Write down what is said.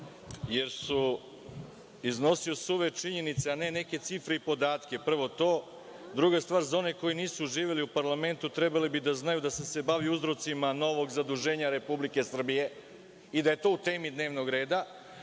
jer je iznosio suve činjenice, a ne neke cifre i podatke, prvo to. Druga stvar, za one koji nisu živeli u parlamentu, trebali bi da znaju da sam se bavio uzrocima novog zaduženja Republike Srbije i da je to u temi dnevnog reda,